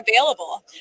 available